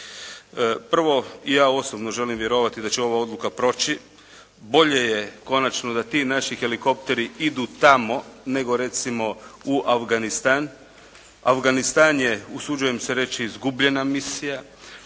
Prvo, ja osobno želim vjerovati da će ova odluka proći. Bolje je konačno da ti naši helikopteri idu tamo nego recimo u Afganistan. Afganistan je usuđujem se reći izgubljena misija.